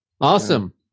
awesome